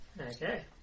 Okay